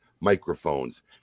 microphones